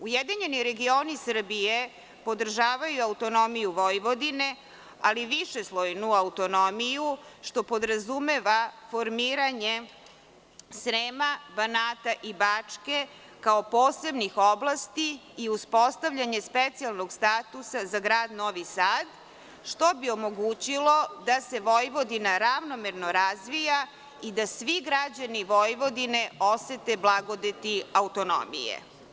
Ujedinjeni regioni Srbije podržavaju autonomiju Vojvodine, ali višeslojnu autonomiju što podrazumeva formiranje Srema, Banata i Bačke kao posebnih oblasti i uspostavljanje specijalnog statusa za grad Novi Sad što bi omogućilo da se Vojvodina ravnomerno razvija i da svi građani Vojvodine osete blagodeti autonomije.